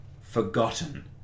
forgotten